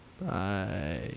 Bye